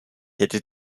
hätte